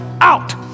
out